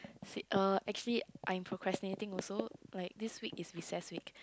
f~(uh) actually I'm procrastinating also like this week is recess week